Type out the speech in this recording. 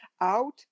out